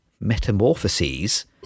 metamorphoses